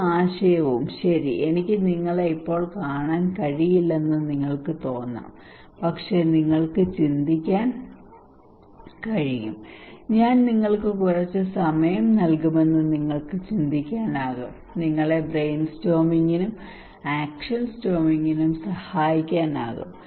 ഏത് ആശയവും ശരി എനിക്ക് നിങ്ങളെ ഇപ്പോൾ കാണാൻ കഴിയില്ലെന്ന് നിങ്ങൾക്ക് തോന്നാം പക്ഷേ നിങ്ങൾക്ക് ചിന്തിക്കാൻ കഴിയും ഞാൻ നിങ്ങൾക്ക് കുറച്ച് സമയം നൽകുമെന്ന് നിങ്ങൾക്ക് ചിന്തിക്കാനാകും നിങ്ങളെ ബ്രെയിൻ സ്റ്റോമിംഗിനും ആക്ഷൻ സ്റ്റോമിംഗിനും സഹായിക്കാനാകും